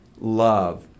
love